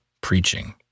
preaching